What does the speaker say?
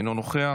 אינו נוכח,